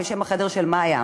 בשם "החדר של מיה".